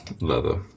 leather